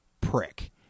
prick